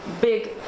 big